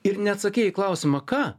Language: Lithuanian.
ir neatsakei į klausimą ką